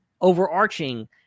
overarching